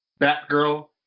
Batgirl